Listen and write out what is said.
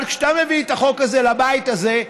אבל כשאתה מביא את החוק הזה לבית הזה,